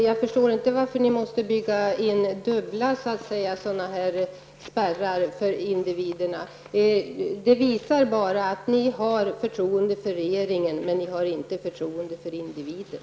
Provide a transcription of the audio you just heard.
Jag förstår inte varför ni måste bygga in dubbla spärrar för individerna. Det visar bara att ni har förtroende för regeringen men inte för individen.